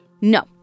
No